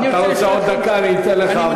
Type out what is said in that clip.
חבר הכנסת טיבי, אתה רוצה עוד דקה, אתן לך.